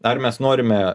ar mes norime